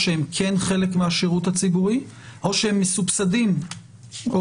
הם כן חלק מהשירות הציבורי או שהם מסובסדים או